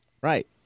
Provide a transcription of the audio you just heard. Right